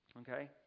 Okay